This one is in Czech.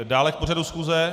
Dále k pořadu schůze?